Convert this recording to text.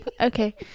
Okay